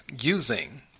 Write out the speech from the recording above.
using